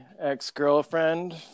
ex-girlfriend